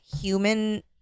human